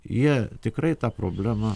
jie tikrai tą problemą